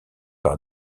par